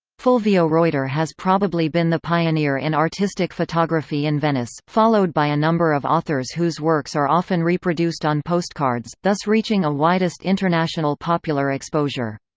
fulvio roiter has probably been the pioneer in artistic photography in venice, followed by a number of authors whose works are often reproduced on postcards, thus reaching a widest international popular exposure.